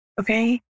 Okay